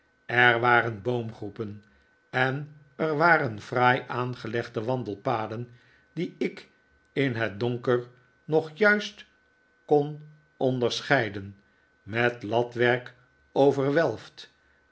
er waren boomgroepen en er waren fraai aangelegde wandelpaden die ik in het donker nog juist kon onderscheiden met latwerk overwelfd